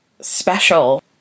special